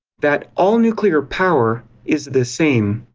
that all nuclear power is the same.